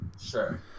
Sure